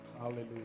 Hallelujah